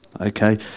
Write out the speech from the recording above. Okay